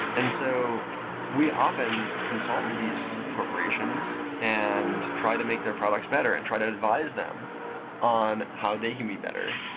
and so we often consult with these corporations and try to make their products better and try to advise them on how they can better.